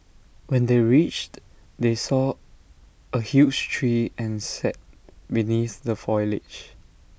when they reached they saw A huge tree and sat beneath the foliage